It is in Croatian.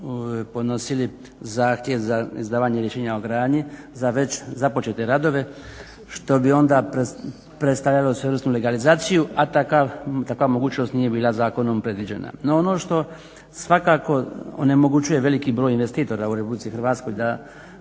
podnosili zahtjev za izdavanje rješenja o gradnji za već započete radove što bi onda predstavljalo svojevrsnu legalizaciju, a takva mogućnost nije bila zakonom predviđena. No ono što svakako onemogućuje veliki broj investitora u RH da